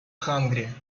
hungry